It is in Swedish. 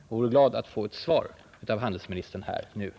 Jag vore glad att få ett svar av handelsministern här och nu.